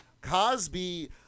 Cosby